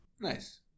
Nice